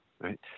right